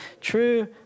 true